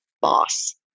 boss